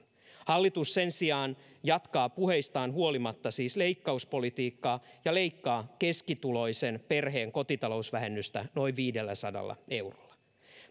hallitus sen sijaan jatkaa puheistaan huolimatta leikkauspolitiikkaa ja leikkaa keskituloisen perheen kotitalousvähennystä noin viidelläsadalla eurolla